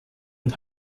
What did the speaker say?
und